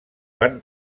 van